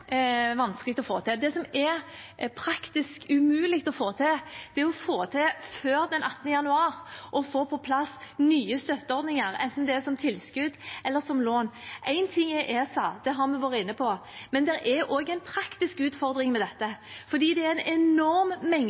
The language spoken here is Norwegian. vanskelig å få til, det som er praktisk umulig å få til, er å få på plass nye støtteordninger før den 18. januar, enten det er som tilskudd eller som lån. Én ting er ESA, det har vi vært inne på, men det er også en praktisk utfordring med dette, for det er en enorm